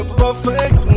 perfect